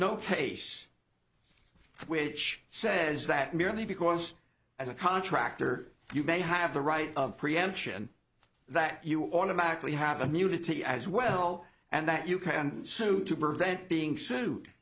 no case which says that merely because as a contractor you may have the right of preemption that you automatically have immunity as well and that you can sue to prevent being sued